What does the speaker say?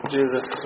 Jesus